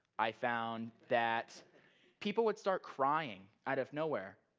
i found that people would start crying out of nowhere,